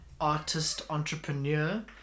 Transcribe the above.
artist-entrepreneur